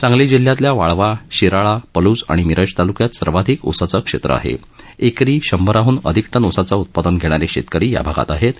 सांगली जिल्ह्यातील वाळवा शिराळा पलूस आणि मिरज तालुक्यात सर्वाधिक उसाचं क्षव्व आह एकरी शंभराहन अधिक टन उसाचं उत्पादन घप्राार शप्रकरी या भागात आहप्र